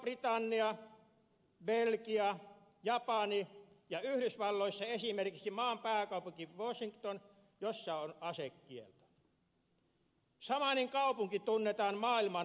iso britannia belgia japani ja yhdysvalloissa esimerkiksi maan pääkaupunki washington jossa on asekielto samainen kaupunki tunnetaan maailman murhapääkaupunkina